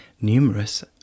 numerous